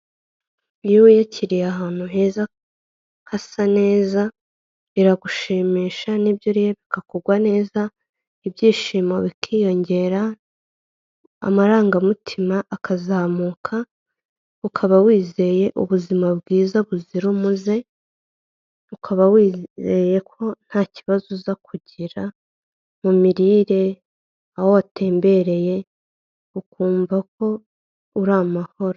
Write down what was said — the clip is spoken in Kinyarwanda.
Iyo wiyakiriye ahantu heza hasa neza, biragushimisha nibyo rero bikakugwa neza, ibyishimo bikiyongera, amarangamutima akazamuka ukaba wizeye ubuzima bwiza buzira umuze, ukaba wizeye ko nta kibazo uza kugira mu mirire aho watembereye ukumva ko uri amahoro.